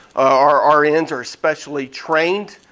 our our and rn's are especially trained